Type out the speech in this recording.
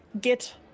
get